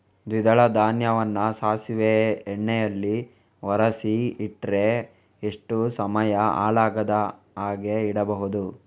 ದ್ವಿದಳ ಧಾನ್ಯವನ್ನ ಸಾಸಿವೆ ಎಣ್ಣೆಯಲ್ಲಿ ಒರಸಿ ಇಟ್ರೆ ಎಷ್ಟು ಸಮಯ ಹಾಳಾಗದ ಹಾಗೆ ಇಡಬಹುದು?